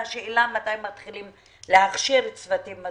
והשאלה היא מתי מתחילים להכשיר מספיק צוותים.